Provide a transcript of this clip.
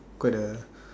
quite a